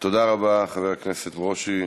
תודה רבה, חבר הכנסת ברושי.